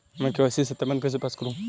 मैं के.वाई.सी सत्यापन कैसे पास करूँ?